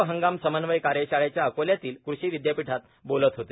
खरीप हंगाम समन्वय कार्यशाळेच्या अकोल्यातील कृषि विदयापीठात बोलत होते